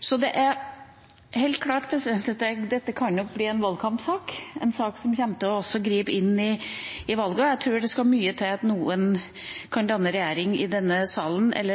Så det er helt klart at dette kan bli en valgkampsak, en sak som også kommer til å gripe inn i valget. Jeg tror det skal